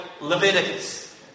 Leviticus